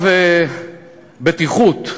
בטיחות,